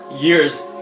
years